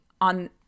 on